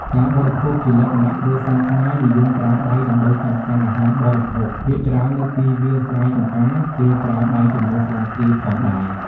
ការបរិភោគជាលក្ខណៈគ្រួសារខ្មែរនិយមប្រើដៃដើម្បីចាប់កាន់អាហារបរិភោគ ភាគច្រើននៅទីវាលស្រែចម្ការគេប្រើដៃជំនួសស្លាបព្រាផងដែរ។